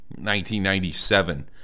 1997